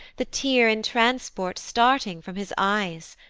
the tear in transport starting from his eyes!